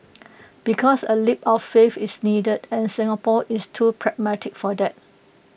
because A leap of faith is needed and Singapore is too pragmatic for that